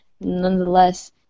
nonetheless